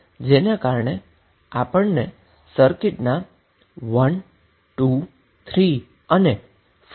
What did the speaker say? જેને કારણે આપણને સર્કિટના 123 અને 4 એલીમેન્ટ મળ્યા